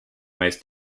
most